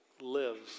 lives